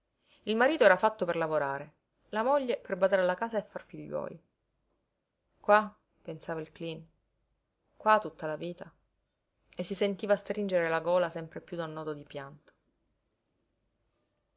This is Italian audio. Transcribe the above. il marito era fatto per lavorare la moglie per badare alla casa e far figliuoli qua pensava il cleen qua tutta la vita e si sentiva stringere la gola sempre piú da un nodo di pianto